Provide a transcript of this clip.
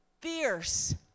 fierce